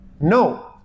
No